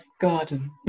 garden